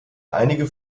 einige